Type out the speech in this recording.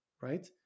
right